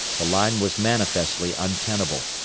the line was manifestly untenable.